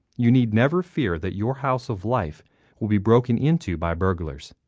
you need never fear that your house of life will be broken into by burglars.